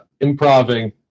improving